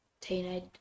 teenage